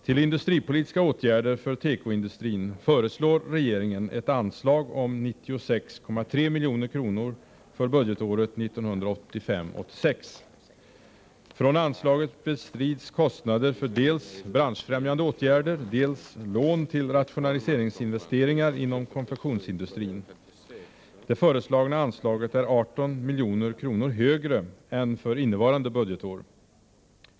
Till industripolitiska åtgärder för tekoindustrin föreslår regeringen ett anslag om 96,3 milj.kr. för budgetåret 1985/86. Från anslaget bestrids kostnader för dels branschfrämjande åtgärder, dels lån till rationaliseringsinvesteringar inom konfektionsindustrin. Det föreslagna anslaget är 18 milj.kr. större än för innevarande budgetår.